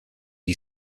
you